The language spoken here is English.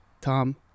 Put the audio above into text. Tom